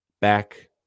back